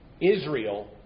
Israel